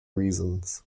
reasons